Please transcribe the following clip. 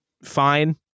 Fine